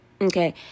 okay